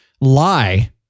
lie